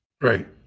right